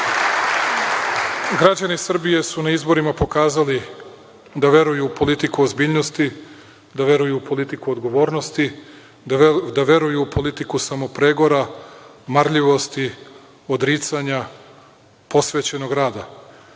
Vučić. Građani Srbije su na izborima pokazali da veruju u politiku ozbiljnosti, da veruju u politiku odgovornosti, da veruju u politiku samopregora, marljivosti, odricanja, posvećenog rada. Ja